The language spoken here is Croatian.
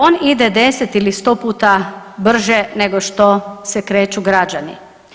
On ide 10 ili 100 puta brže nego što se kreću građani.